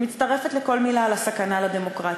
אני מצטרפת לכל מילה על הסכנה לדמוקרטיה,